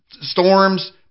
storms